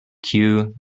queue